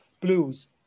blues